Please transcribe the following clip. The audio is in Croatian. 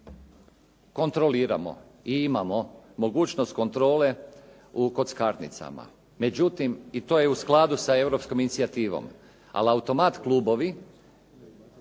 kontroliramo i imamo mogućnost kontrole u kockarnicama, međutim i to je u skladu sa europskom inicijativom. Ali automat klubovi,